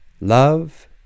Love